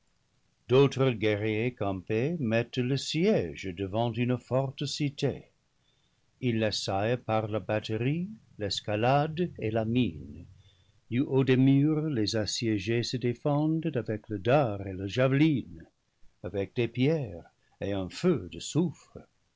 d'autres guerriers campés mettent le siége devant une forte cité ils l'assaillent par la batterie l'escalade et la mine du haut des murs les assiégés se défendent avec le dard et la javeline avec des pierres et un feu